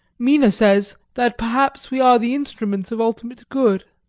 mina says that perhaps we are the instruments of ultimate good.